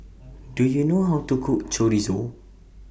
Do YOU know How to Cook Chorizo